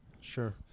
Sure